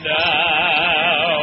now